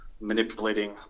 manipulating